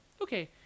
okay